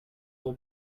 will